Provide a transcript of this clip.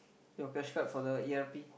your cash card for the E_R_P